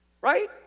Right